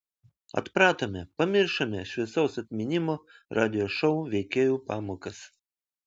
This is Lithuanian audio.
atpratome pamiršome šviesaus atminimo radijo šou veikėjų pamokas